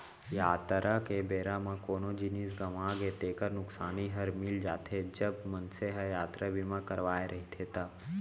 यातरा के बेरा म कोनो जिनिस गँवागे तेकर नुकसानी हर मिल जाथे, जब मनसे ह यातरा बीमा करवाय रहिथे ता